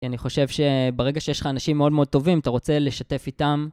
כי אני חושב ש...ברגע שיש לך אנשים מאוד מאוד טובים, אתה רוצה לשתף איתם...